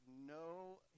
no